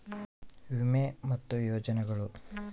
ವಿಮೆ ಮತ್ತೆ ಯೋಜನೆಗುಳು